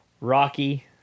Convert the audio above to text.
Rocky